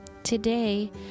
Today